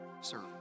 serve